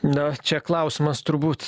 na čia klausimas turbūt